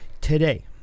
today